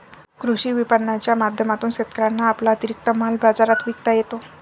कृषी विपणनाच्या माध्यमातून शेतकऱ्यांना आपला अतिरिक्त माल बाजारात विकता येतो